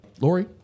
Lori